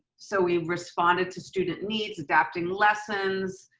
so we responded to student needs, adapting lessons